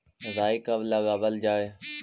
राई कब लगावल जाई?